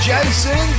Jason